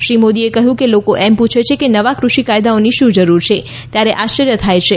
શ્રી મોદીએ કહ્યું કે લોકો એમ પૂછે કે નવા કૃષિ કાયદાઓની શું જરૂર છે ત્યારે આશ્ચર્ય થાય છે